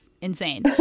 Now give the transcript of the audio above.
insane